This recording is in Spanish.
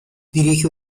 dirige